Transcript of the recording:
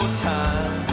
time